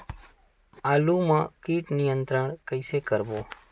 आलू मा कीट नियंत्रण कइसे करबो?